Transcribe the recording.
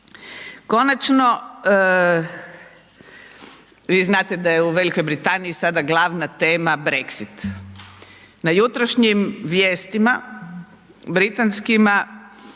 Konačno, vi znate da je u V. Britaniji sada glavna tema Brexit. Na jutrošnjim vijestima britanskima,